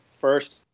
first